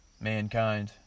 mankind